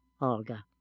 Olga